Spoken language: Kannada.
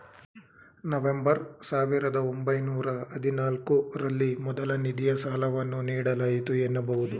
ನವೆಂಬರ್ ಸಾವಿರದ ಒಂಬೈನೂರ ಹದಿನಾಲ್ಕು ರಲ್ಲಿ ಮೊದಲ ನಿಧಿಯ ಸಾಲವನ್ನು ನೀಡಲಾಯಿತು ಎನ್ನಬಹುದು